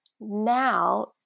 now